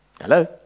Hello